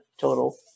total